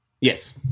Yes